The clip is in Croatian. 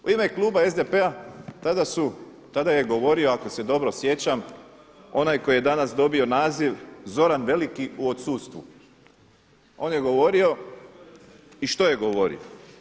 U ime kluba SDP-a tada je govorio ako se dobro sjećam, onaj koji je danas dobio naziv Zoran veliki u odsustvu, on je govorio i što je govorio?